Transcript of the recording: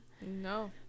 No